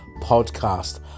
podcast